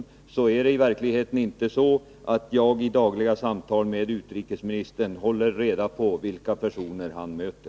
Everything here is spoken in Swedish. I verkligheten är det nämligen inte så att jag vid dagliga samtal med utrikesministern håller reda på vilka personer han möter.